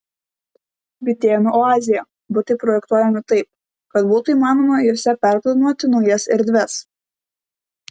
bitėnų oazėje butai projektuojami taip kad būtų įmanoma juose perplanuoti naujas erdves